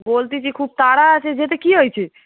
বলছি যে খুব তাড়া আছে যেতে কী হচ্ছে